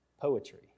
poetry